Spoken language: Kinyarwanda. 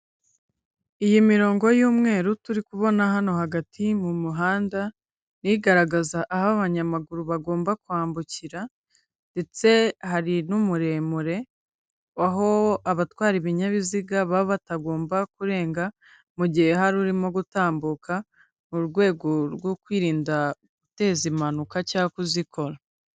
Iyi mirongo y'umweru turi kubona hano hagati mu muhanda, ni igaragaza aho abanyamaguru bagomba kwambukira, ndetse hari n'umuremure, aho abatwara ibinyabiziga baba batagomba kurenga, mu gihe hari urimo gutambuka, mu rwego rwo kwirinda guteza impanuka, cyangwa kuzikora.